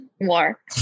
more